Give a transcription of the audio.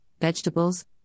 vegetables